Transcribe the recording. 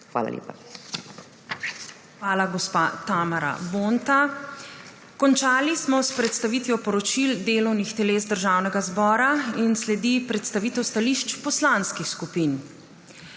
ZUPANČIČ:** Hvala, gospa Tamara Vonta. Končali smo s predstavitvijo poročil delovnih teles Državnega zbora. In sledi predstavitev stališč poslanskih skupin.